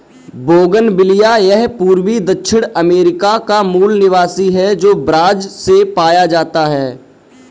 bougainvillea यह पूर्वी दक्षिण अमेरिका का मूल निवासी है, जो ब्राज़ से पाया जाता है